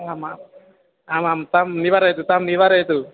आमा आमां तं निवारयतु तं निवारयतु